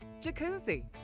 Jacuzzi